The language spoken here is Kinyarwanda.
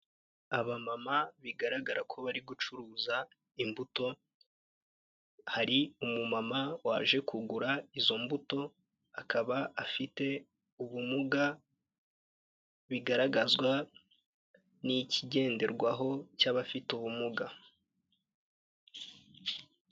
Abamama bigaragara ko bari gucuruza imbuto, hari umumama waje kugura izo mbuto, akaba afite ubumuga bigaragazwa, n'ikigenderwaho cy'abafite ubumuga.